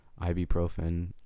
ibuprofen